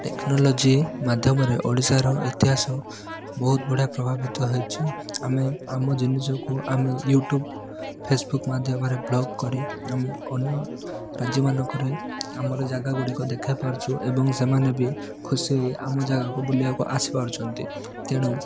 technology ମାଧ୍ୟମରେ ଓଡ଼ିଶାର ଇତିହାସ ବହୁତ ବଢ଼ିଆ ପ୍ରଭାବିତ ହେଇଛି ଆମେ ଆମ ଜିନିଷକୁ ଆମେ ୟୁଟ୍ୟୁବ୍ ଫେସବୁକ୍ ମାଧ୍ୟମରେ ବ୍ଲଗ୍ କରି ଆମେ ଅନ୍ୟ ରାଜ୍ୟମାନଙ୍କରେ ଆମର ଜାଗା ଗୁଡ଼ିକ ଦେଖାଇପାରୁଛୁ ଏବଂ ସେମାନେ ବି ବି ଖୁସି ହେଇ ଆମ ଜାଗାକୁ ବୁଲିବାକୁ ଆସିପାରୁଛନ୍ତି ତେଣୁ